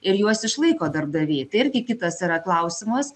ir juos išlaiko darbdaviai tai irgi kitas yra klausimas